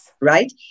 Right